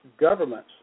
governments